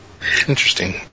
Interesting